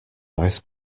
ice